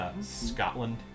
Scotland